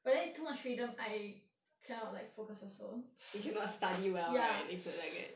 but then too much freedom I cannot like focus also ya